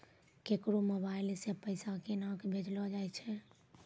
केकरो मोबाइल सऽ पैसा केनक भेजलो जाय छै?